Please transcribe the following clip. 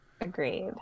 Agreed